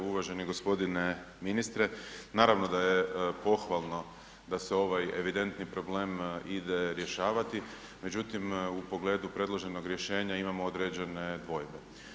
Uvaženi gospodine ministre, naravno da je pohvalno da se ovaj evidentni problem ide rješavati, međutim u pogledu predloženog rješenja imamo određene dvojbe.